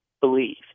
believe